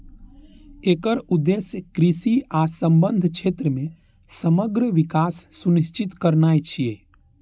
एकर उद्देश्य कृषि आ संबद्ध क्षेत्र मे समग्र विकास सुनिश्चित करनाय छियै